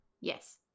Yes